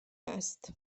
است